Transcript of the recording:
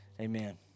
Amen